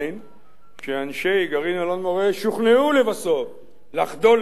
שאנשי גרעין אלון-מורה שוכנעו לבסוף לחדול מהתנגדותם